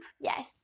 yes